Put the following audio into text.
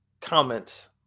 comments